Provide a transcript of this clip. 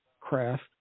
craft